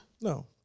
No